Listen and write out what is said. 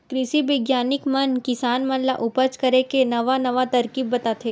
कृषि बिग्यानिक मन किसान मन ल उपज करे के नवा नवा तरकीब बताथे